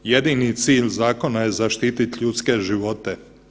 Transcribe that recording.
Jedini cilj zakona je zaštitit ljudske živote.